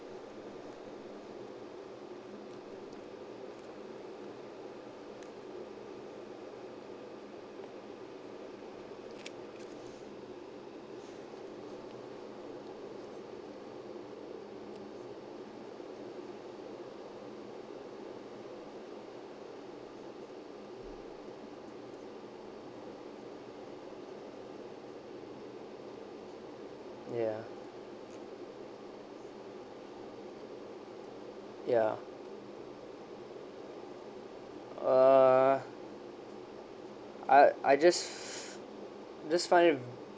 ya ya uh I I just just find